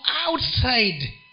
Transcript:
outside